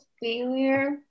failure